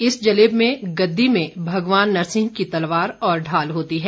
इस जलेब में गद्दी में भगवान नरसिंह की तलवार और ढाल होती है